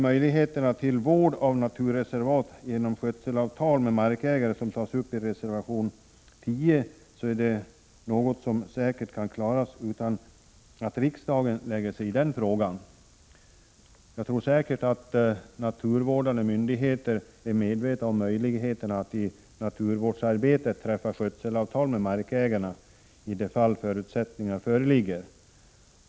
Möjligheterna till vård av naturreservat genom skötselavtal med markägare, som tas upp i reservation 10, är säkert någonting som kan klaras utan att riksdagen lägger sig i den frågan. Jag tror säkert att de naturvårdande myndigheterna är medvetna om möjligheterna att träffa skötselavtal med markägare.